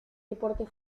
deporte